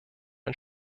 ein